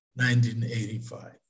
1985